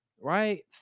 Right